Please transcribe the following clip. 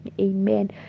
Amen